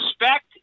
respect